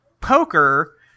poker